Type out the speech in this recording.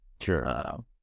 Sure